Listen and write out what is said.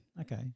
Okay